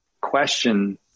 question